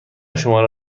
شماره